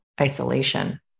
isolation